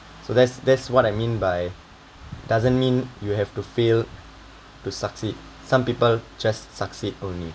so that's that's what I mean by doesn't mean you have to fail to succeed some people just succeed only